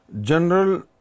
General